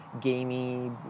gamey